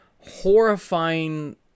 horrifying